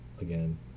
again